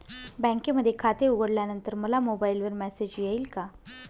बँकेमध्ये खाते उघडल्यानंतर मला मोबाईलवर मेसेज येईल का?